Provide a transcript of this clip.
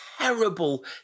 terrible